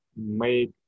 make